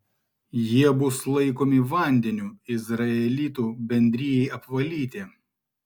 jie bus laikomi vandeniu izraelitų bendrijai apvalyti